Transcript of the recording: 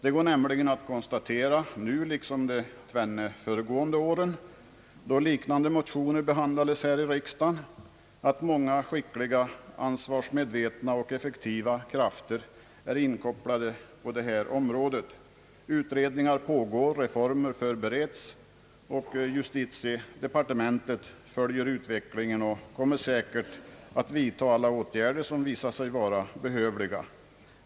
Det går nämligen att konstatera nu liksom de tvenne föregående åren, då liknande motioner behandlades här i riksdagen, att många skickliga, ansvarsmedvetna och effektiva krafter är inkopplade på det här området. Utredningar pågår, reformer förbereds och justitiedepartementet följer utvecklingen och kommer säkert att vidta alla åtgärder som visar sig vara behövliga.